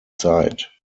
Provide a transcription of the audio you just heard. zeit